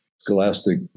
Scholastic